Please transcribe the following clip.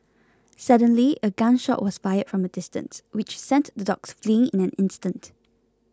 suddenly a gun shot was fired from a distance which sent the dogs fleeing in an instant